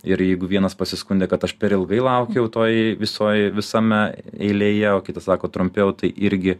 ir jeigu vienas pasiskundė kad aš per ilgai laukiau toj visoj visame eilėje o kitas sako trumpiau tai irgi